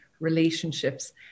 relationships